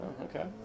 okay